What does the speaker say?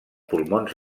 pulmons